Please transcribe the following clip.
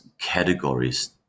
categories